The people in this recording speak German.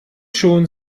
schon